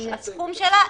הסכום שלה,